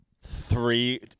three